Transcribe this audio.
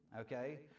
okay